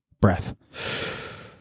breath